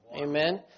amen